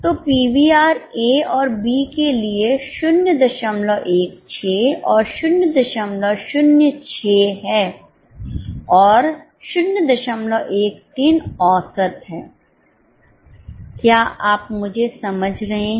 तो PVR A और B के लिए 016 और 006 है और 013 औसत है क्या आप मुझे समझ रहे हैं